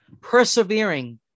persevering